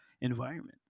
environment